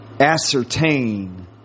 ascertain